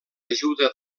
ajuda